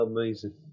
Amazing